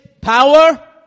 power